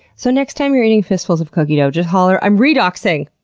so next time you're eating fistfuls of cookie dough, just holler, i'm redoxing!